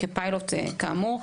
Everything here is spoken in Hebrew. כאמור.